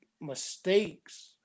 mistakes